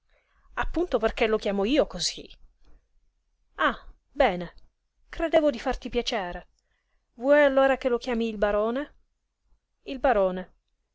appunto perché lo chiamo io cosí ah bene credevo di farti piacere vuoi allora che lo chiami il barone il barone